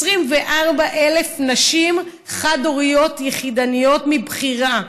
24,000 נשים חד-הוריות יחידניות מבחירה,